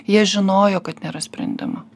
jie žinojo kad nėra sprendimo